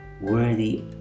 worthy